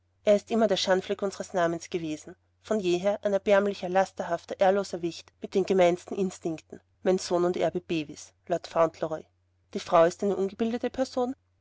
er ist immer der schandfleck unsers namens gewesen von jeher ein erbärmlicher lasterhafter ehrloser wicht mit den gemeinsten instinkten mein sohn und erbe bevis lord fauntleroy die frau ist eine ungebildete person